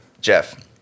Jeff